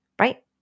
right